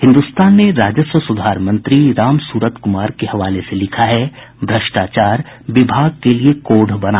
हिन्दुस्तान ने राजस्व सुधार मंत्री राम सूरत कुमार के हवाले से लिखा है भ्रष्टाचार विभाग के लिए कोढ़ बना